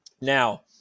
now